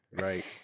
Right